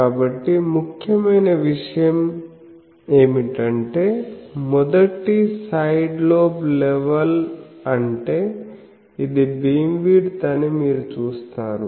కాబట్టి ముఖ్యమైన విషయం ఏమిటంటే మొదటి సైడ్ లోబ్ లెవెల్ అంటే ఇది బీమ్విడ్త్ అని మీరు చూస్తారు